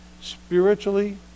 spiritually